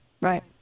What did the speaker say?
right